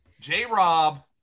J-Rob